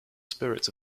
spirits